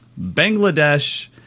Bangladesh